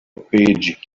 page